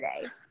today